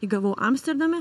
įgavau amsterdame